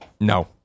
No